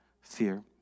fear